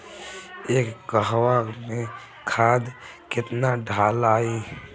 एक कहवा मे खाद केतना ढालाई?